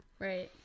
Right